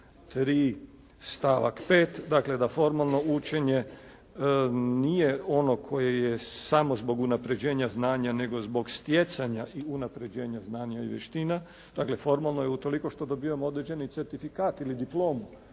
3. stavak 5., dakle da formalno učenje nije ono koje je samo zbog unapređenja znanja nego zbog stjecanja i unapređenja znanja i vještina. Dakle, formalno je utoliko što dobivamo određeni certifikat ili diplomu